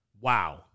wow